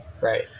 Right